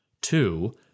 Two